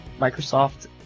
Microsoft